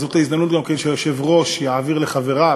אז זאת ההזדמנות שהיושב-ראש יעביר לחבריו,